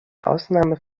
ausnahme